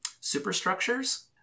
superstructures